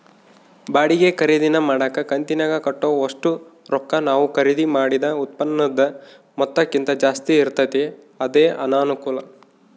ಬಾಡಿಗೆ ಖರೀದಿನ ಮಾಡಕ ಕಂತಿನಾಗ ಕಟ್ಟೋ ಒಷ್ಟು ರೊಕ್ಕ ನಾವು ಖರೀದಿ ಮಾಡಿದ ಉತ್ಪನ್ನುದ ಮೊತ್ತಕ್ಕಿಂತ ಜಾಸ್ತಿ ಇರ್ತತೆ ಅದೇ ಅನಾನುಕೂಲ